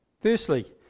Firstly